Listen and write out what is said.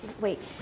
wait